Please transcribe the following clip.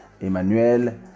Emmanuel